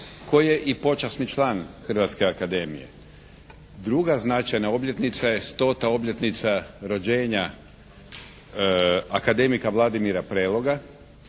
koji je i počasni član Hrvatske akademije. Druga značajna obljetnica je stota obljetnica rođenja akademika Vladimira Preloga